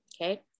Okay